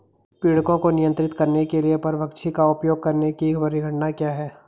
पीड़कों को नियंत्रित करने के लिए परभक्षी का उपयोग करने की परिघटना क्या है?